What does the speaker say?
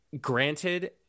granted